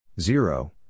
Zero